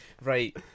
Right